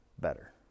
better